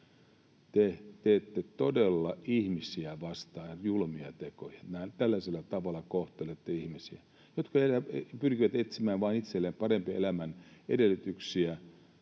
Te todella teette ihmisiä vastaan julmia tekoja. Tällaisella tavalla kohtelette ihmisiä, jotka pyrkivät etsimään itselleen vain paremman elämän edellytyksiä,